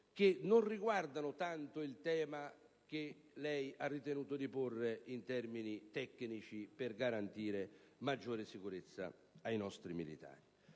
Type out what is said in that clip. che non riguardano tanto il tema che lei ha ritenuto di porre in termini tecnici per garantire maggiore sicurezza ai nostri militari.